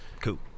Cool